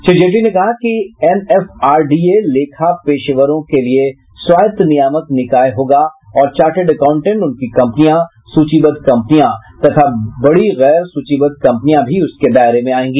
श्री जेटली ने कहा कि एनएफआरडीए लेखा पेशेवरों के लिए स्वायत्त नियामक निकाय होगा और चार्टर्ड अकाउंटेंट उनकी कंपनियाँ सूचीबद्ध कंपनियाँ तथा बड़ी गैर सूचीबद्ध कंपनियाँ भी उसके दायरे में आयेंगी